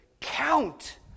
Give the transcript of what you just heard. count